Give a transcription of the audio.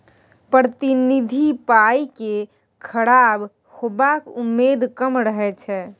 प्रतिनिधि पाइ केँ खराब हेबाक उम्मेद कम रहै छै